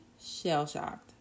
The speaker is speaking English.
shell-shocked